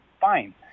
fine